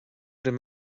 raibh